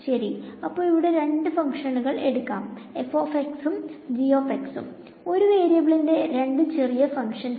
ശെരി അപ്പൊ ഇവിടെ രണ്ട് ഫങ്ക്ഷൻ എടുക്കാം ഉം ഉം ഒരു വേരിയബിളിന്റെ രണ്ട് ചെറിയ ഫങ്ക്ഷൻസ്